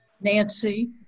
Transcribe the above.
Nancy